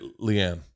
Leanne